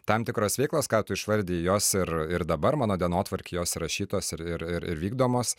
tam tikros veiklos ką tu išvardijai jos ir ir dabar mano dienotvarkėj jos įrašytos ir ir vykdomos